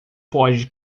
pode